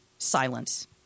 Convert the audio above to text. Silence